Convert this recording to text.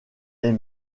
est